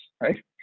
right